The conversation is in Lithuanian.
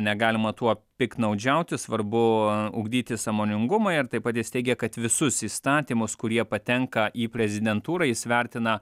negalima tuo piktnaudžiauti svarbu ugdyti sąmoningumą ir taip pat jis teigė kad visus įstatymus kurie patenka į prezidentūrą jis vertina